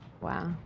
wow